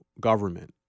government